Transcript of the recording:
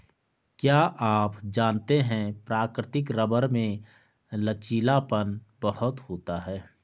क्या आप जानते है प्राकृतिक रबर में लचीलापन बहुत होता है?